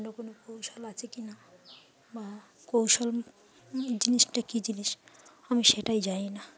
অন্য কোনো কৌশল আছে কি না বা কৌশল জিনিসটা কী জিনিস আমি সেটাই জানি না